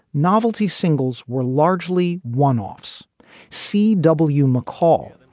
novelty singles were largely one offs c w. mccall,